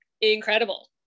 incredible